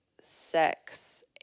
sex